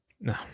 No